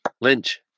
Lynch